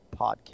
podcast